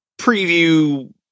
preview